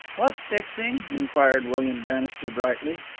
what's fixing? inquired william bannister brightly.